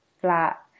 flat